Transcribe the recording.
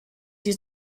die